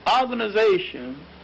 organization